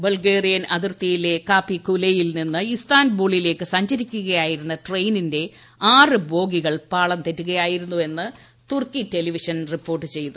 Bulgarian അതിർത്തിയിലെ കാപ്പിക്കൂള്ലയിൽ നിന്നും ഇസ്താൻബൂളിലേക്ക് സഞ്ചരിക്കുകയായിരുന്ന ്ട്രയിനിന്റെ ആറ് ബോഗികൾ പാളം തെറ്റുകയായിരുന്നുവെന്ന് തുർക്കി ടെലിവിഷൻ റിപ്പോർട്ട് ചെയ്തു